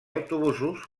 autobusos